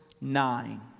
nine